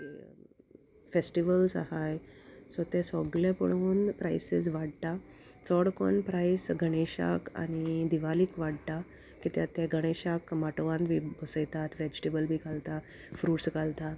festivals आहाय सो तें सोगले पळोवन प्रायसीस वाडटा चोड कोन्न प्रायस गणेशाक आनी दिवालीक वांटा कित्या ते गणेशाक माटवान बी बसयतात वेजिटेबल बी घालता फ्रुट्स घालता